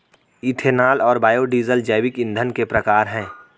ethanol और biodiesel जैविक ईंधन के प्रकार है